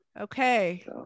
okay